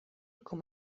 com